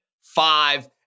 five